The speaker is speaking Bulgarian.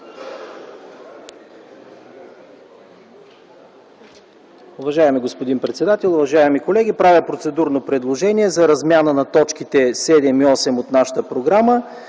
Уважаеми господин председател, уважаеми колеги! Правя процедурно предложение за размяна на т. 7 и 8 от нашата програма.